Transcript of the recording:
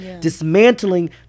dismantling